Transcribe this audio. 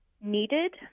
needed